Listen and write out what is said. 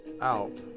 out